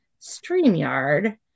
StreamYard